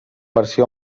versió